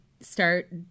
start